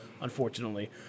unfortunately